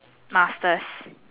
masters